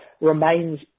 remains